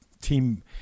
team